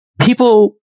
people